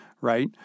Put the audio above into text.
right